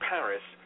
Paris